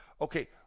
okay